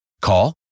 Call